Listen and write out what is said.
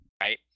Right